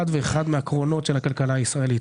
ואחד מהקרונות של הכלכלה הישראלית,